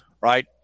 right